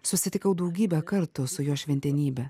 susitikau daugybę kartų su jo šventenybe